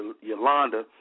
Yolanda